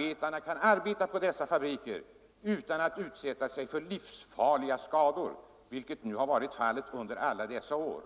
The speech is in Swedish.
Först då kan människor arbeta utan att utsätta sig för livsfarliga skaderisker, vilket har varit fallet under många år,